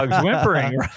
whimpering